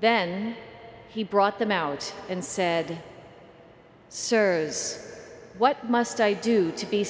then he brought them out and said servers what must i do to be